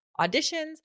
auditions